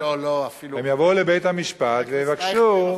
והם יבואו לבית-המשפט ויבקשו,